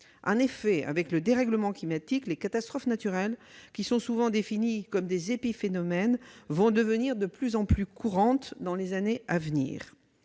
En effet, avec les dérèglements climatiques, les catastrophes naturelles, qui sont souvent définies comme des épiphénomènes, vont devenir de plus en plus courantes dans les années à venir.